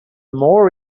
more